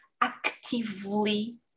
actively